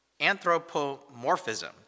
anthropomorphism